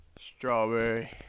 Strawberry